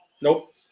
Nope